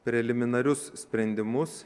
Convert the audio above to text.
preliminarius sprendimus